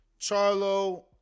Charlo